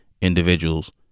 individuals